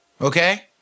Okay